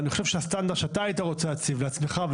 זה לא יכניס את כל מנוע זימון התורים,